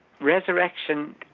Resurrection